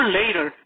later